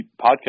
Podcast